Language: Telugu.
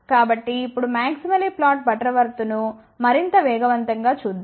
కాబట్టి ఇప్పుడు మాక్సిమలీ ఫ్లాట్ బటర్వర్త్ను మరింత వివరంగా చూద్దాం